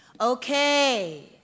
Okay